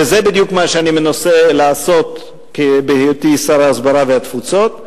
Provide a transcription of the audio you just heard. וזה בדיוק מה שאני מנסה לעשות בהיותי שר ההסברה והתפוצות.